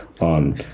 on